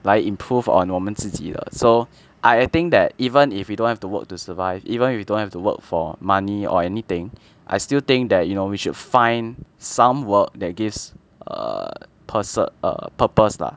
like improve on 我们自己的 so I think that even if we don't have to work to survive even if you don't have to work for money or anything I still think that you know we should find some work that gives err person err purpose lah